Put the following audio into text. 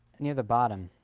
near the bottom.